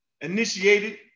Initiated